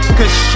Cause